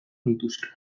nituzke